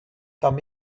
tam